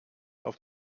auf